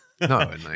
No